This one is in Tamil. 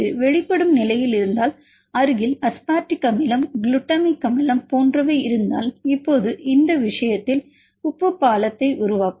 இது வெளிப்படும் நிலையில் இருந்தால் அருகில் அஸ்பார்டிக் அமிலம் குளுட்டமிக் அமிலம் போன்றவை இருந்தால் இப்போது இந்த விஷயத்தில் உப்பு பாலத்தை உருவாக்கும்